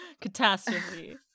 catastrophe